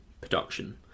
production